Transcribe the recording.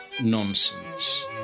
nonsense